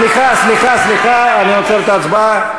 סליחה, סליחה, אני עוצר את ההצבעה.